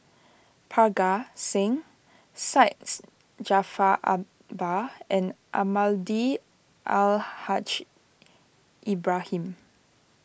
Parga Singh Syed Jaafar Albar and Almahdi Al Haj Ibrahim